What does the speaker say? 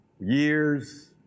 years